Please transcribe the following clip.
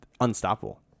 unstoppable